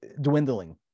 dwindling